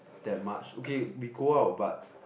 that much okay we go out but